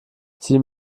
sieh